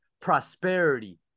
prosperity